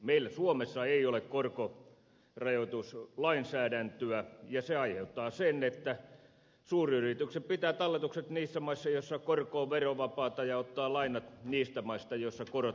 meillä suomessa ei ole korkorajoituslainsäädäntöä ja se aiheuttaa sen että suuryritykset pitävät talletukset niissä maissa joissa korko on verovapaata ja ottavat lainat niistä maista joissa korot voi vähentää